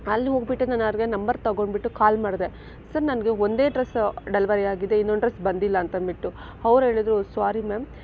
ಅಲ್ಲಿ ಹೋಗಿಬಿಟ್ಟು ನಾನು ಅವರಿಗೆ ನಂಬರ್ ತಗೊಂಡ್ಬಿಟ್ಟು ಕಾಲ್ ಮಾಡಿದೆ ಸರ್ ನನಗೆ ಒಂದೇ ಡ್ರೆಸ್ ಡೆಲಿವರಿ ಆಗಿದೆ ಇನ್ನೊಂದು ಡ್ರೆಸ್ ಬಂದಿಲ್ಲ ಅಂತ ಅಂದ್ಬಿಟ್ಟು ಅವರು ಹೇಳಿದರು ಸಾರಿ ಮ್ಯಾಮ್